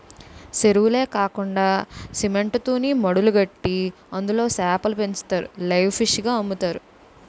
సెరువులే కాకండా సిమెంట్ తూనీమడులు కట్టి అందులో సేపలు పెంచుతారు లైవ్ ఫిష్ గ అమ్ముతారు